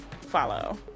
follow